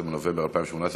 14 בנובמבר 2018,